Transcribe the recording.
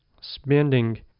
spending